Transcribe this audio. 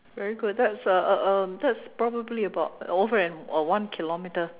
very good that's uh uh that's probably about over an one kilometer